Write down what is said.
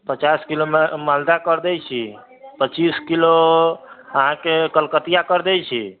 पचास किलो मालदह कर दै छी पच्चीस किलो अहाँके कलकतिया कर दै छी